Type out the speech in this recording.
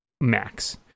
max